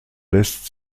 lässt